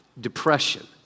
depression